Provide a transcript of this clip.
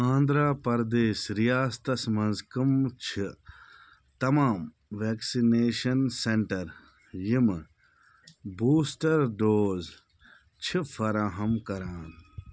آنٛدھرا پرٛدیش ریاستس مَنٛز کَم چھِ تمام ویکسِنیشن سینٹر یِمہٕ بوٗسٹر ڈوز چھِ فراہَم کران